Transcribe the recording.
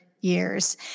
years